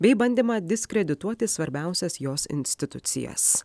bei bandymą diskredituoti svarbiausias jos institucijas